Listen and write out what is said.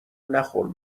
نخور